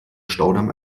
staudamm